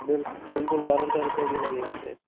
बिल्कुल गारंटर का भी लगेगा चेक